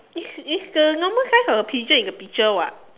it's it's the normal size of a pigeon in the picture [what]